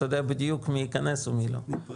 אתה יודע בדיוק מי ייכנס ומי לא.